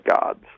gods